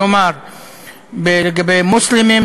כלומר לגבי מוסלמים,